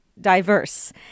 diverse